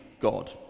God